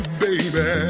baby